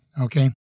Okay